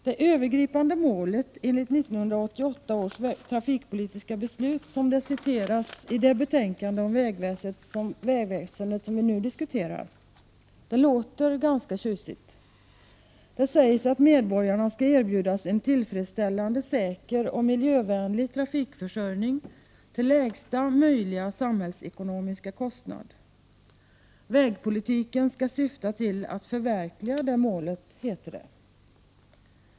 Det övergripande målet enligt 1988 års trafikpolitiska beslut, som det citeras i det betänkande om vägväsendet som vi nu diskuterar, låter ganska tjusigt. Det sägs att medborgarna skall erbjudas en tillfredsställande, säker och miljövänlig trafikförsörjning till lägsta möjliga samhällsekonomiska kostnad. Vägpolitiken skall syfta till att förverkliga det målet, heter det.